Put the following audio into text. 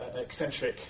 eccentric